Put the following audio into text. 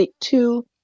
two